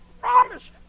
promise